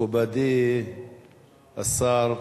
מכובדי השר,